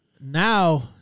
Now